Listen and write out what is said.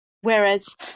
Whereas